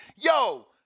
Yo